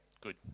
good